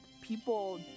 people